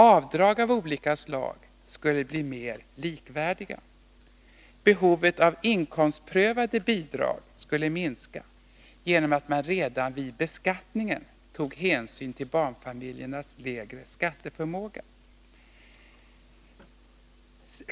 Avdrag av olika slag skulle bli mer likvärdiga. Behovet av inkomstprövade bidrag skulle minska genom att man vid beskattningen tog hänsyn till barnfamiljernas lägre skatteförmåga.